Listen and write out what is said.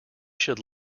should